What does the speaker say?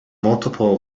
multiple